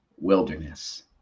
wilderness